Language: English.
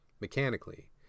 mechanically